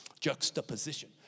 juxtaposition